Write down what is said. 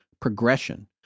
progression